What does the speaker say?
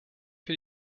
für